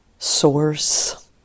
source